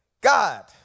God